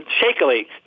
shakily